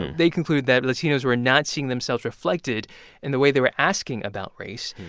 they conclude that latinos were not seeing themselves reflected in the way they were asking about race.